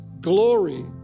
glory